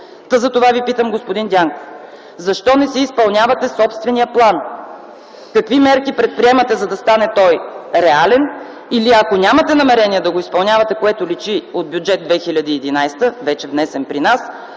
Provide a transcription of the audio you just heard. Затова Ви питам, господин Дянков: защо не си изпълнявате собствения план? Какви мерки предприемате, за да стане той реален? Или ако нямате намерение да го изпълнявате, което личи от Бюджет 2011, вече внесен при нас,